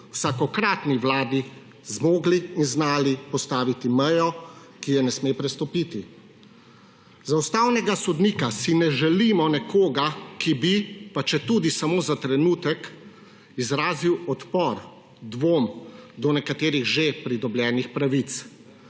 vsakokratni vladi zmogli in znali postaviti mejo, ki je ne sme prestopiti. Za ustavnega sodnika si ne želimo nekoga, ki bi, pa četudi samo za trenutek, izrazil odpor, dvom do nekaterih že pridobljenih pravic